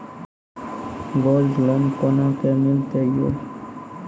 Gold loan कोना के मिलते यो?